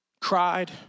cried